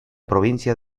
provincia